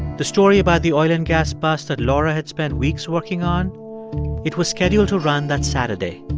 the story about the oil and gas bust that laura had spent weeks working on it was scheduled to run that saturday.